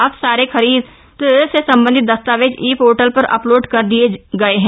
अब सारे खरीद से संबंधित दस्तावेज ई पोर्टल पर अपलोड कर दिये गये है